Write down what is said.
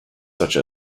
such